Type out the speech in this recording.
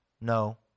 No